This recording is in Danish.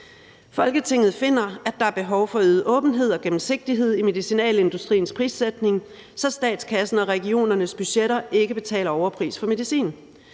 Folketinget finder, at der er behov for øget åbenhed og gennemsigtighed i medicinalindustriens prissætning, så statskassen og regionernes budgetter ikke betaler overpris for medicin.